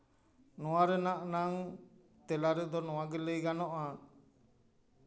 ᱱᱚᱣᱟ ᱨᱮᱱᱟᱜ ᱱᱟᱝ ᱛᱮᱞᱟ ᱨᱮᱫᱚ ᱱᱚᱣᱟ ᱜᱮ ᱞᱟᱹᱭ ᱜᱟᱱᱚᱜᱼᱟ